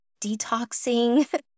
detoxing